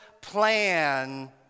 plan